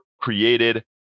created